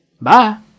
Bye